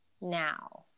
now